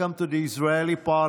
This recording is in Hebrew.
welcome to the Israeli parliament,